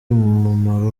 umumaro